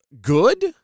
Good